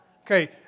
Okay